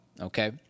okay